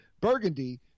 Burgundy